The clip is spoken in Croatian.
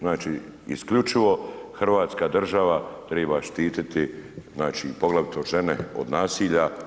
Znači, isključivo hrvatska država treba štititi, znači i poglavito žene od nasilja.